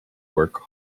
work